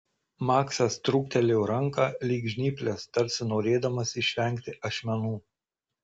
maksas trūktelėjo ranką lyg žnyples tarsi norėdamas išvengti ašmenų